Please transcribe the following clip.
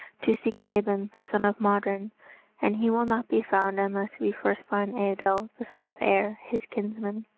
to seek mabon the son of modron and he will not be found unless we first find eidoel, the son of aer, his kinsman.